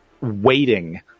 waiting